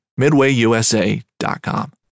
MidwayUSA.com